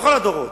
בכל הדורות.